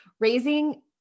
raising